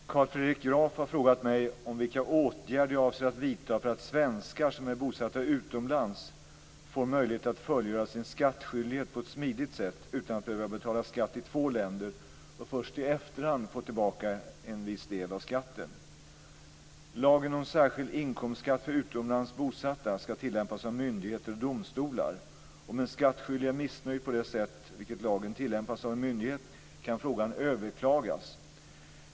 Fru talman! Carl Fredrik Graf har frågat mig om vilka åtgärder jag avser att vidta för att svenskar som är bosatta utomlands får möjlighet att fullgöra sin skattskyldighet på ett smidigt sätt, utan att behöva betala skatt i två länder och först i efterhand få tillbaka en viss del av skatten. Lagen om särskild inkomstskatt för utomlands bosatta ska tillämpas av myndigheter och domstolar. Om en skattskyldig är missnöjd med det sätt på vilket lagen tillämpas av en myndighet kan frågan överklagas.